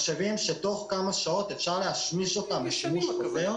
מחשבים שתוך כמה שעות אפשר להשמיש אותם לשימוש חוזר,